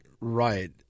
right